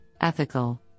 ethical